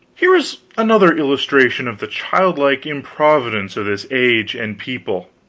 here was another illustration of the childlike improvidence of this age and people.